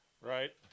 Right